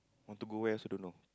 want to go where also don't know